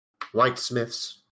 whitesmiths